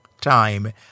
time